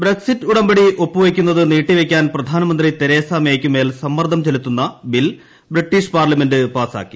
Brexit ഉടമ്പടി ഒപ്പുവയ്ക്കുന്നത് നീട്ടിവയ്ക്കാൻ പ്രധാനമന്ത്രി തെരേസ് മേയ്ക്കു മേൽ സമ്മർദ്ദം ചെലുത്തുന്ന ബിൽ ബ്രിട്ടീഷ് പാർലമെന്റ് പാസ്സാക്കി